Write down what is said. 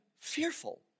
fearful